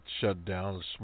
shutdown